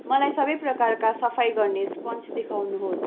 मलाई सबै प्रकारका सफाइ गर्ने स्पन्ज देखाउनुहोस्